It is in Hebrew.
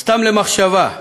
סתם למחשבה,